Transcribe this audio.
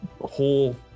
whole